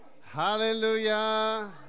Hallelujah